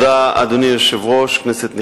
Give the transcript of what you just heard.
אדוני היושב-ראש, תודה, כנסת נכבדה,